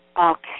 Okay